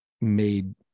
made